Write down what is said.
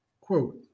quote